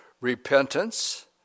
repentance